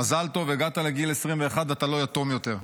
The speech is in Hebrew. מזל טוב, הגעת לגיל 21, אתה לא יתום יותר.